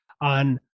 on